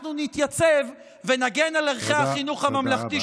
אנחנו נתייצב ונגן על ערכי החינוך הממלכתי